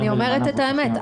אני אומרת את האמת.